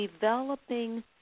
developing